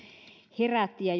herätti ja